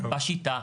בשיטה,